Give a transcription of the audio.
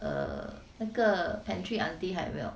err 那个 pantry auntie 还有没有